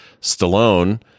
Stallone